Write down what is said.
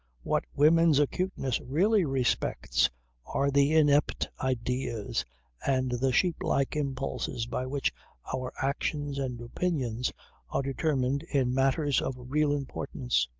what women's acuteness really respects are the inept ideas and the sheeplike impulses by which our actions and opinions are determined in matters of real importance.